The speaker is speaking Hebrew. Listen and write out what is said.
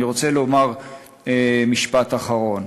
אני רוצה לומר משפט אחרון: